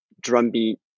drumbeat